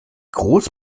groß